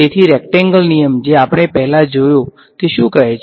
તેથી રેક્ટેંગલ નિયમ જે આપણે પહેલા જોયો તે શું કહે છે